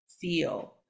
feel